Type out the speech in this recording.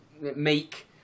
Meek